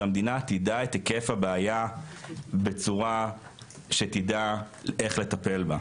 שהמדינה תדע את היקף הבעיה בצורה שתדע איך לטפל בה,